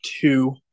two